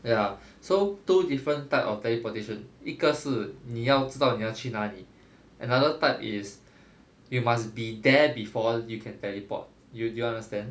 ya so two different type of teleportation 一个是你要知道你要去哪里 another type is you must be there before you can teleport you do you understand